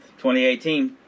2018